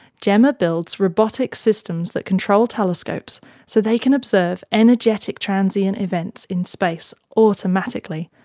jemma builds robotic systems that control telescopes so they can observe energetic transient events in space automatically,